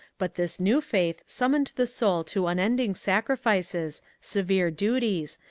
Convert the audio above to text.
but this new faith summoned the soul to unending sacrifices, severe duties,